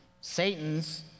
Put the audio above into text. Satan's